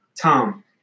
Tom